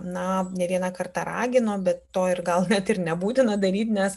na ne vieną kartą ragino bet to ir gal net ir nebūtina daryti nes